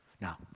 Now